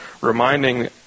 reminding